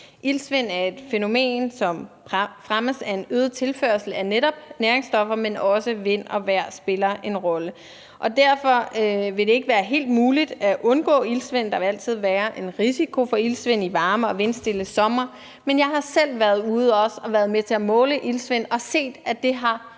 Iltsvind er et fænomen, som fremmes af en øget tilførsel af netop næringsstoffer, men også vind og vejr spiller en rolle. Derfor vil det ikke helt være muligt at undgå iltsvind. Der vil altid være en risiko for iltsvind i varme og vindstille somre, men jeg har også selv været ude og været med til at måle iltsvind og set, at det har været